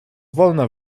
wolna